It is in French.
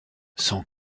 son